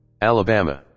Alabama